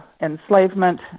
enslavement